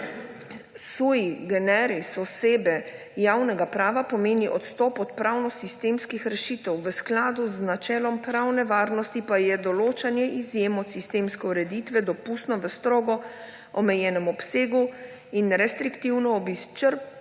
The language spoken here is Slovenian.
sui generis osebe javnega prava pomeni odstop od pravnosistemskih rešitev, v skladu z načelom pravne varnosti pa je določanje izjem od sistemske ureditve dopustno v strogo omejenem obsegu in restriktivno ob izčrpno